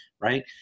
right